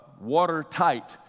watertight